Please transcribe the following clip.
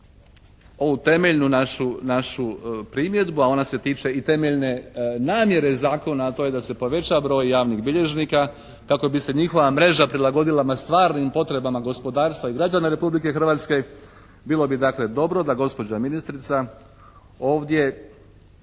ovu temeljnu našu primjedbu, a ona se tiče i temeljne namjere zakona, a to je da se poveća broj javnih bilježnika kako bi se njihova mreža prilagodila stvarnim potrebama gospodarstva i građana Republike Hrvatske. Bilo bi dakle dobro da gospođa ministrica ovdje